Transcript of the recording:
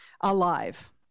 alive